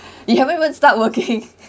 you haven't even start working